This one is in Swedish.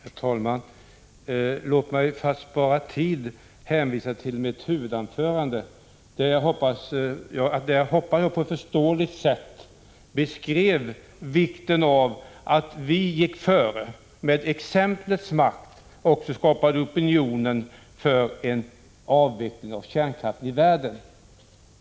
Herr talman! Låt mig för att spara tid hänvisa till mitt huvudanförande, där jag hoppas att jag på ett förståeligt sätt beskrev vikten av att vi gick före med exemplets makt och skapade opinion för en avveckling av kärnkraften i världen.